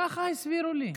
ככה הסבירו לי.